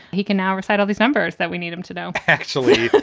he can now recite all these numbers that we need him to know actually,